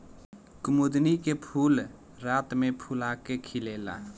कुमुदिनी के फूल रात में फूला के खिलेला